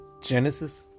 Genesis